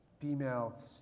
female